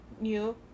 New